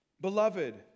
Beloved